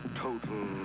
total